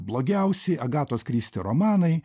blogiausi agatos kristi romanai